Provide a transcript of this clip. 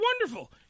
wonderful